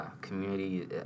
community